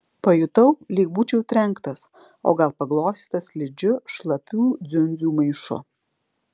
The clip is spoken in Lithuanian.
pajutau lyg būčiau trenktas o gal paglostytas slidžiu šlapių dziundzių maišu